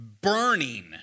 burning